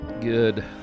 Good